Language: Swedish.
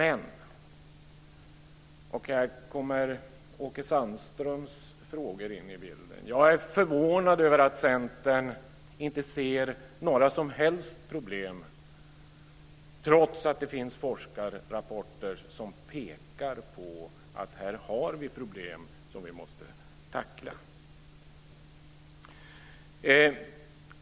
Men - och här kommer Åke Sandströms frågor in i bilden - jag är förvånad över att Centern inte ser några som helst problem, trots att det finns forskarrapporter som pekar på att här finns problem som vi måste tackla.